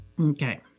Okay